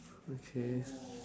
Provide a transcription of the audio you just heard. okay